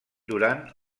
durant